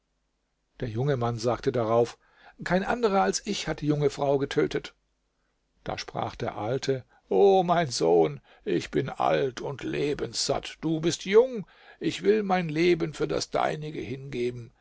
der junge mann sagte darauf kein anderer als ich hat die junge frau getötet da sprach der alte o mein sohn ich bin alt und lebenssatt du bist jung ich will mein leben für das deinige hingeben